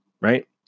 right